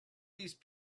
these